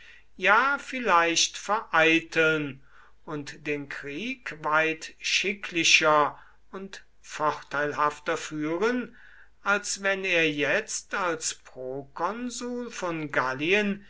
ja vielleicht vereiteln und den krieg weit schicklicher und vorteilhafter führen als wenn er jetzt als prokonsul von gallien